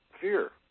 Fear